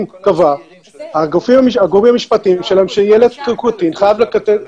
והגורמים המשפטיים שלהם קבעו שילד קטין,